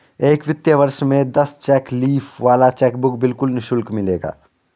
एक वित्तीय वर्ष में दस चेक लीफ वाला चेकबुक बिल्कुल निशुल्क मिलेगा